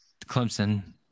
Clemson